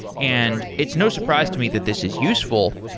and it's no surprise to me that this is useful,